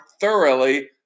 thoroughly